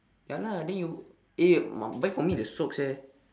ya lah then you eh uh buy for me the socks eh